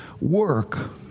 work